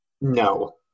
No